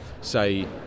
say